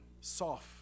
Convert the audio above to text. soft